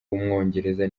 w’umwongereza